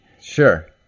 Sure